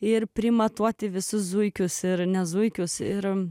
ir primatuoti visus zuikius ir ne zuikius ir